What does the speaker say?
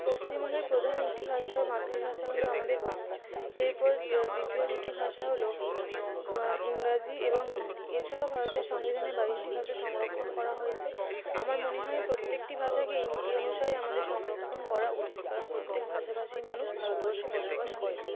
পশ্চিমবঙ্গের প্রধান একটি ভাষা ও মাতৃভাষা হলো আমাদের বাংলা এরপর দা দ্বিতীয় দুটি ভাষা হলো ইংরাজি এবং হিন্দি এছাড়াও ভারতের সংবিধানে বাইশটি ভাষা সংরক্ষণ করা হয়েছে আমার মনে হয় প্রত্যেকটি ভাষাকে এই নীতি অনুসারে আমাদের সংরক্ষণ করা উচিত কারণ প্রত্যেক ভাষাভাষীর মানুষ ভারতবর্ষে বসবাস করেন